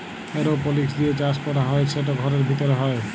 এরওপলিক্স দিঁয়ে চাষ ক্যরা হ্যয় সেট ঘরের ভিতরে হ্যয়